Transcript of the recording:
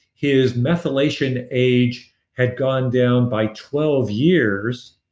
his methylation age had gone down by twelve years,